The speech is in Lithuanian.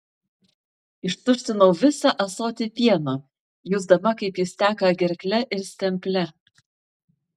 ištuštinau visą ąsotį pieno jusdama kaip jis teka gerkle ir stemple